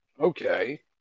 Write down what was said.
Okay